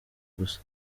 gusa